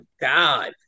god